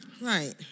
Right